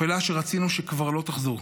אפלה שרצינו שכבר לא תחזור.